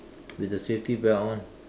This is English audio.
with the safety belt on